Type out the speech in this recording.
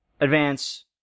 advance